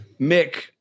Mick